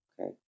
Okay